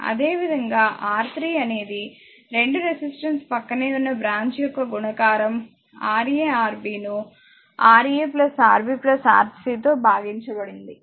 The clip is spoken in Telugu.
అదేవిధంగా R3 అనేది 2 రెసిస్టెన్స్ ప్రక్కనే ఉన్న బ్రాంచ్ యొక్క గుణకారం Ra Rb ను Ra Rb Rc తో భాగించబడింది